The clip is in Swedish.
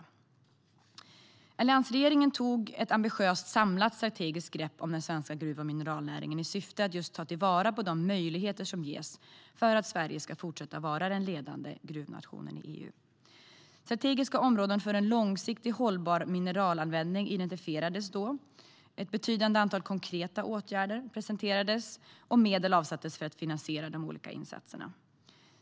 Strategiska områden för en långsiktig och hållbar mineralanvändning identifierades då, ett betydande antal konkreta åtgärder presenterades och medel avsattes för att finansiera de olika insatserna.